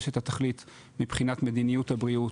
יש את התכלית מבחינת מדיניות הבריאות,